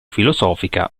filosofica